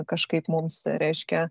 kažkaip mums reiškia